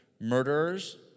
murderers